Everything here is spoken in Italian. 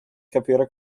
capire